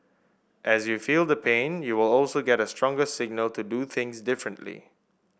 as you feel the pain you will also get a stronger signal to do things differently